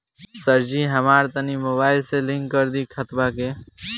सरजी हमरा तनी मोबाइल से लिंक कदी खतबा के